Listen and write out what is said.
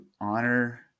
honor